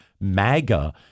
MAGA